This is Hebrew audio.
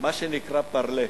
מה שנקרא parler.